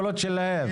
שלו,